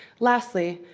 lastly,